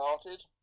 started